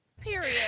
period